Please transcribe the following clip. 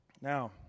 Now